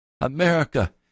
America